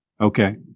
Okay